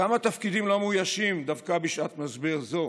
כמה תפקידים לא מאוישים דווקא בשעת משבר זו?